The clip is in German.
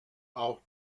auch